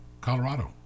Colorado